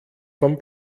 vom